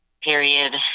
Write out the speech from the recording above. period